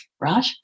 Right